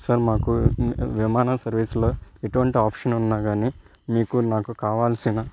sir మాకు విమానం సర్వీస్లో ఎటువంటి ఆప్షన్ ఉన్నా కానీ మీకు నాకు కావాల్సిన